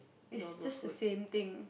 is just the same thing